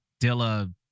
Dilla